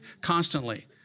constantly